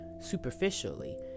superficially